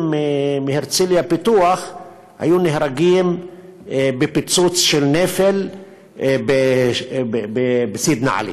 מהרצליה פיתוח היו נהרגים בפיצוץ של נפל בסידנא עלי,